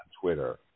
Twitter